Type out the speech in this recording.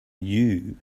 you